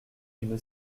une